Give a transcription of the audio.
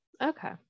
okay